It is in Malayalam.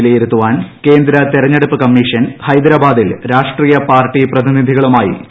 വിലയിരുത്താൻ കേന്ദ്ര തെരഞ്ഞെടുപ്പ് കമ്മീഷൻ ഹൈദരാബാദിൽ രാഷ്ട്രീയ പാർട്ടി പ്രതിനിധികളുമായി ചർച്ച നടത്തുന്നു